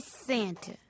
Santa